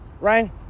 right